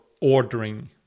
ordering